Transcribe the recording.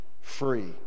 free